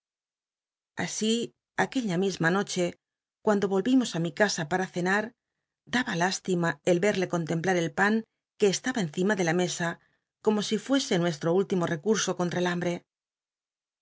así aquella misma noche cuando volvimos á mi casa para cenar daba l islima el verle contemplar el pan que estaba encima de la mesa como si fnesc nuestro t'lllimo recun o contra el hamht'c